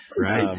Right